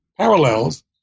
parallels